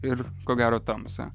ir ko gero tamsą